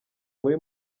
muri